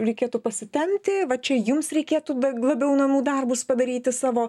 reikėtų pasitempti va čia jums reikėtų labiau namų darbus padaryti savo